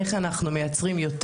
איך אנחנו מייצרים יותר?